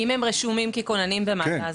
אם הם רשומים ככוננים במד"א,